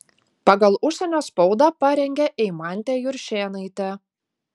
pagal užsienio spaudą parengė eimantė juršėnaitė